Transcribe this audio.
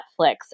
Netflix